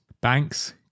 Banks